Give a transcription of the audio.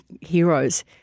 heroes